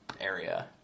area